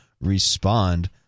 respond